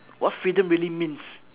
what freedom really means